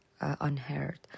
unheard